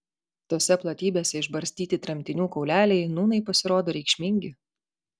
tose platybėse išbarstyti tremtinių kauleliai nūnai pasirodo reikšmingi